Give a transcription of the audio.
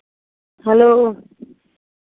hello